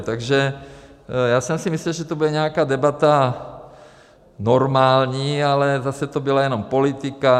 Takže já jsem si myslel, že to bude nějaká debata normální, ale zase to byla jenom politika.